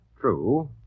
True